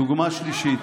דוגמה שלישית.